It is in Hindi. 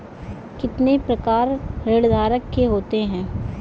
कितने प्रकार ऋणधारक के होते हैं?